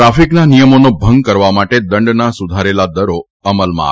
ટ્રાફિકના નિયમોનો ભંગ કરવા માટે દંડના સુધારેલા દરો અમલમાં આવ્યા છે